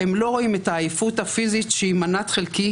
הם לא רואים את העייפות הפיזית שהיא מנת חלקי,